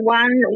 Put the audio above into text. one